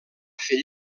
fer